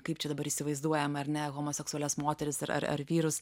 kaip čia dabar įsivaizduojam ar ne homoseksualias moteris ar ar ar vyrus